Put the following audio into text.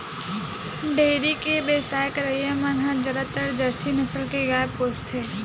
dairy के बेवसाय करइया मन ह जादातर जरसी नसल के गाय पोसथे